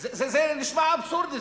זה נשמע אבסורדי,